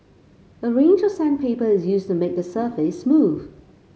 a range of sandpaper is used to make the surface smooth